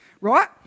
right